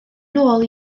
nôl